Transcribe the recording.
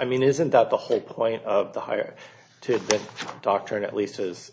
i mean isn't that the whole point of the hire to doctor at least has